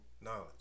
knowledge